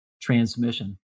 transmission